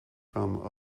from